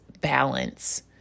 balance